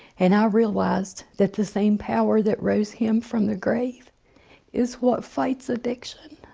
and i realized that the same power that rose him from the grave is what fights addiction,